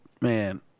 man